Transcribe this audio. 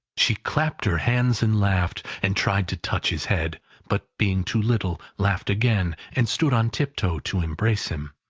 she clapped her hands and laughed, and tried to touch his head but being too little, laughed again, and stood on tiptoe to embrace him.